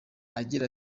agira